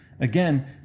Again